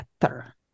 better